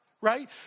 right